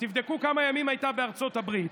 תבדקו כמה ימים הייתה בארצות הברית.